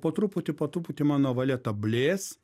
po truputį po truputį mano valia ta blės